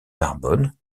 narbonne